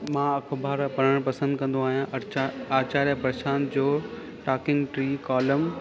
मां अख़बार पढ़णु पसंद कंदो आहियां आचार्य प्रशांत जो टाकिंग ट्री कॉलम